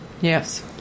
Yes